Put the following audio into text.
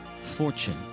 Fortune